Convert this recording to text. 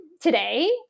today